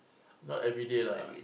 not everyday lah